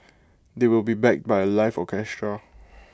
they will be backed by A live orchestra